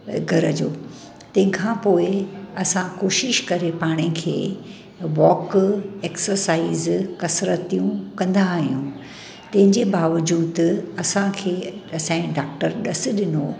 घरु जो तंहिंखां पोइ असां कोशिशि करे पाणे खे वॉक एक्सरसाइज कसरतियूं कंदा आहियूं तंहिंजे बावज़ूद असांखे असांजे डॉक्टर ॾस ॾिनो